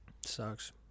sucks